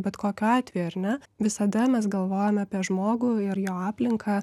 bet kokiu atveju ar ne visada mes galvojame apie žmogų ir jo aplinką